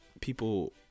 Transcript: people